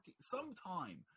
sometime